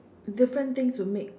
different things would make